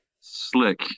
slick